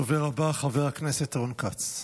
הדובר הבא, חבר הכנסת רון כץ.